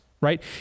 right